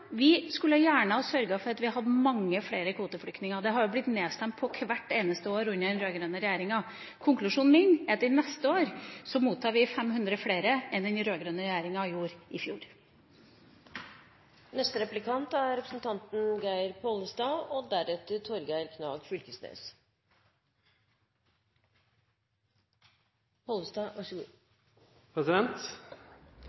Vi skulle gjerne ha sørget for at vi mottok mange flere kvoteflyktninger. Det har vi blitt nedstemt på hvert eneste år under den rød-grønne regjeringa. Konklusjonen min er at neste år mottar vi 500 flere enn vi gjorde i fjor med den rød-grønne regjeringa. Jeg har tradisjonelt oppfattet Venstre som et parti som er svært opptatt av småbedriftenes ve og